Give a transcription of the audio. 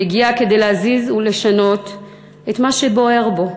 הוא הגיע כדי להזיז ולשנות את מה שבוער בו,